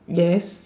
yes